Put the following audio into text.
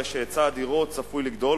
הרי שהיצע הדירות צפוי לגדול,